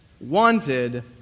Wanted